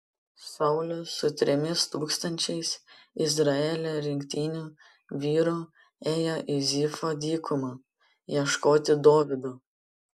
saulius su trimis tūkstančiais izraelio rinktinių vyrų ėjo į zifo dykumą ieškoti dovydo